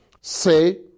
Say